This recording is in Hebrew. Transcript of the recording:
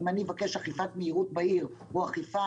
אם אני אבקש אכיפת מהירות בעיר או אכיפה